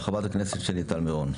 חברת הכנסת שלי מיטל מירון.